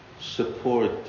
support